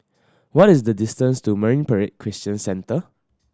what is the distance to Marine Parade Christian Centre